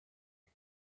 him